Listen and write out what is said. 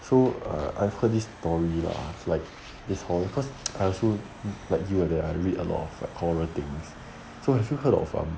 so err I heard this story 了 like this hor cause I also like you ah there I read a lot of horror things so have you heard of um